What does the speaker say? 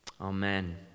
Amen